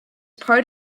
part